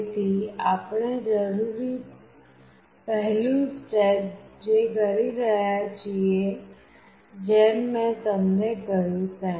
તેથી આપણે જરૂરી પહેલું સ્ટેપ જે કરી રહ્યા છીએ જેમ મેં તમને કહ્યું તેમ